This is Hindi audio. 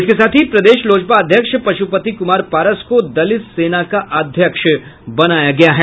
इसके साथ ही प्रदेश लोजपा अध्यक्ष पशुपति कुमार पारस को दलित सेना के अध्यक्ष बनाया गया है